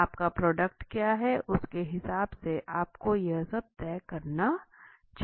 आपका प्रोडक्ट क्या है उसके हिसाब से आपको यह सब तय करना चाहिए